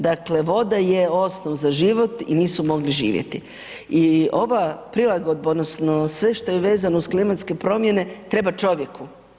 Dakle, voda je osnov za život i nisu mogli živjeti i ova prilagodba odnosno sve što je vezano uz klimatske promjene treba čovjeku.